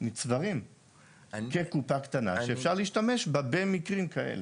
נצברים כקופה קטנה שאפשר להשתמש בה במקרים כאלה.